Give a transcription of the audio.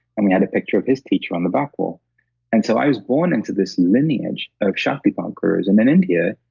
and we had a picture of his teacher on the back wall and so, i was born into this lineage of yeah ah gurus. and in india,